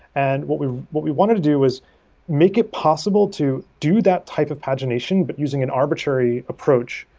and what we what we wanted to do was make it possible to do that type of pagination but using an arbitrary approach,